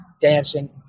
dancing